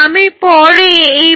আমি পরে এই ব্যাপারে আসছি